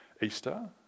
Easter